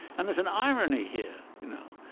and there's an irony here. you know